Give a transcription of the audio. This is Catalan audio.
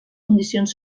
condicions